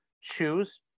choose